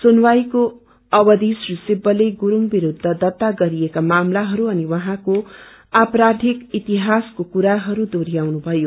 सुनवाईको अवधि श्री सिब्बलले गुरुङ विरूद्ध दर्ता गरिएका मामिलाहरू अनि उहाँको आपराधिक इतिहासको कुराहरू दोहोरयाउनुभयो